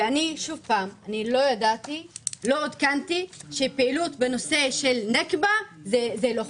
אני לא עודכנתי שפעילות בנושא של הנכבה היא לא חוקית.